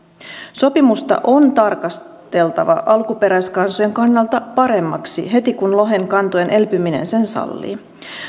sopimusta on tarkasteltava alkuperäiskansojen kannalta paremmaksi heti kun lohen kantojen elpyminen sen sallii